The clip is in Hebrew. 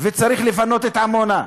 וצריך לפנות את עמונה.